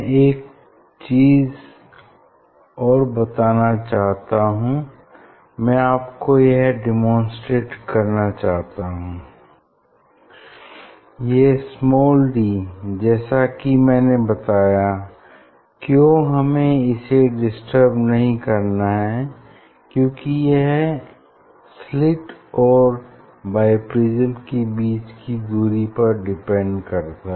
एक चीज मैं आपको बताना चाहता हूँ मैं आपको यह डेमोंस्ट्रेटे करना चाहता हूँ यह स्माल डी जैसा कि मैंने बताया क्यों हमें इसे डिस्टर्ब नहीं करना है क्यूंकि यह स्लिट और बाईप्रिज्म के बीच की दूरी पर डिपेंड करता है